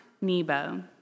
Nebo